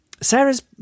Sarah's